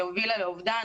שהובילה לאובדן,